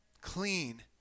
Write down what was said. clean